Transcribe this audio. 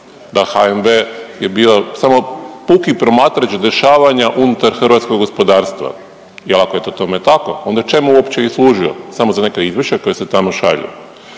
da HNB je bio samo puki promatrač dešavanja unutar hrvatskog gospodarstva. Jer ako je to tome tako, onda čemu uopće je i služio samo za neka izvješća koja se tamo šalju?